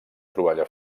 troballa